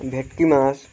ভেটকি মাছ